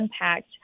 impact